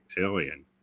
alien